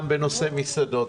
גם בנושא מסעדות,